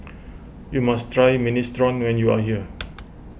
you must try Minestrone when you are here